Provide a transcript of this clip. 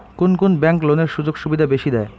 কুন কুন ব্যাংক লোনের সুযোগ সুবিধা বেশি দেয়?